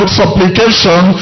supplication